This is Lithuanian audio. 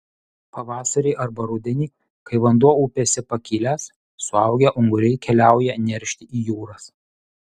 pavasarį arba rudenį kai vanduo upėse pakilęs suaugę unguriai keliauja neršti į jūras